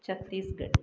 Chhattisgarh